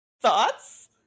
Thoughts